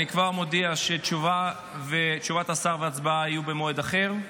אני כבר מודיע שתשובת השר וההצבעה יהיו במועד אחר,